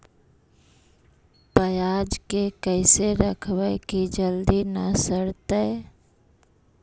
पयाज के कैसे रखबै कि जल्दी न सड़तै?